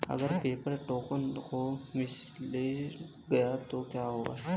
अगर paper token खो misplaced गया तो क्या होगा?